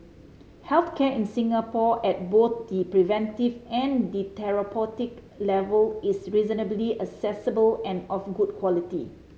health care in Singapore at both the preventive and therapeutic levels is reasonably accessible and of good quality